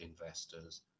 investors